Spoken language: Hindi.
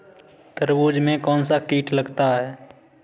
तरबूज में कौनसा कीट लगता है?